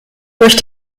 durch